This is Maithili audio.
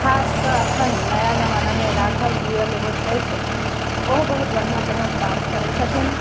खासकऽ एखन नया जमानामे राघव जुयाल एगो आओर छथि ओहो बहुत बढ़िआँ तरहक डान्स करै छथिन